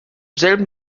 selben